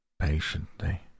patiently